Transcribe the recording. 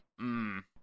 mmm